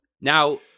Now